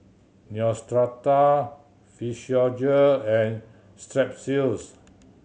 Neostrata Physiogel and Strepsils